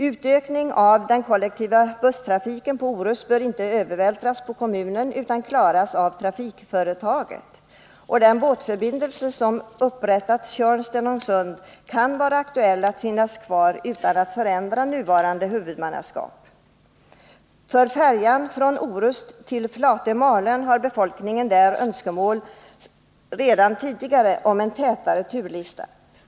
Utökningen av den kollektiva busstrafiken på Orust bör inte övervältras på kommunen utan klaras av trafikföretaget. Det kan bli aktuellt att man behåller den båtförbindelse som upprättats Tjörn-Stenungsund utan att nuvarande huvudmannaskap förändras. När det gäller färjan från Orust till Flatö/Malön har befolkningen redan tidigare uttalat önskemål om tätare turer.